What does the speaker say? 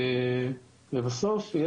בסוף,